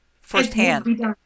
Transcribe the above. firsthand